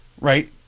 Right